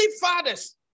fathers